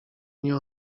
nie